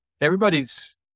Everybody's